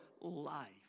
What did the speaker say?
life